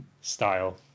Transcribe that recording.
style